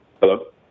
Hello